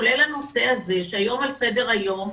כולל הנושא הזה שהיום על סדר היום,